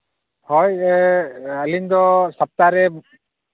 ᱦᱳᱭ ᱟᱹᱞᱤᱧ ᱫᱚ ᱥᱟᱟᱛᱟ ᱨᱮ